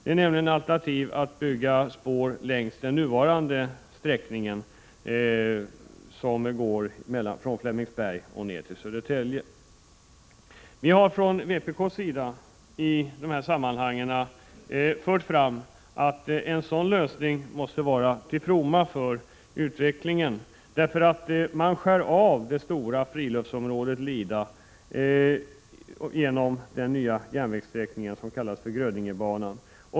Ett alternativ är nämligen att bygga spår längs den nuvarande sträckningen från Flemingsberg till Södertälje. Vi har från vpk:s sida i de här sammanhangen fört fram att en sådan lösning måste vara till fromma för utvecklingen. Man skär av det stora friluftsområdet Lida genom den nya järnvägssträckningen som kallas för Grödingebanan.